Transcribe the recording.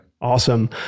Awesome